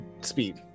speed